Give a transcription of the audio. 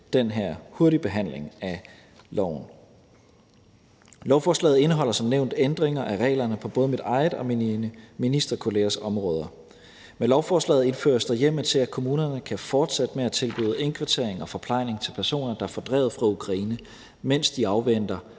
den her hurtige behandling af lovforslaget. Lovforslaget indeholder som nævnt ændringer af reglerne på både mit eget og mine ministerkollegaers områder. Med lovforslaget indføres der hjemmel til, at kommunerne kan fortsætte med at tilbyde indkvartering og forplejning til personer, der er fordrevet fra Ukraine, mens de afventer